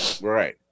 right